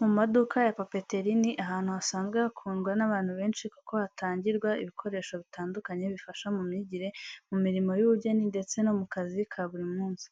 Mu maduka ya papeteri, ni ahantu hasanzwe hakundwa n’abantu benshi kuko hatangirwa ibikoresho bitandukanye bifasha mu myigire, mu mirimo y’ubugeni ndetse no mu kazi ka buri munsi.